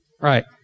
Right